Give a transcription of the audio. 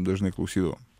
dažnai klausydavom